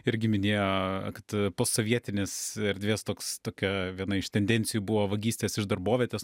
irgi minėjo kad posovietinės erdvės toks tokia viena iš tendencijų buvo vagystės iš darbovietės